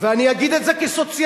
ואני אגיד את זה כסוציאליסט: